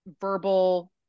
verbal